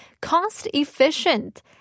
Cost-efficient